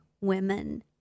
women